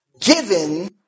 given